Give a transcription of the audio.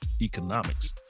economics